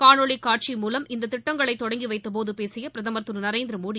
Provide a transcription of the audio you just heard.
காணொலி காட்சி மூலம் இத்திட்டங்களை தொடங்கி வைத்தபோது பேசிய பிரதமர் திரு நரேந்திரமோடி